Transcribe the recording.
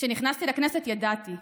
כשנכנסתי לכנסת ידעתי,